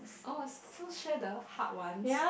oh so share the hard ones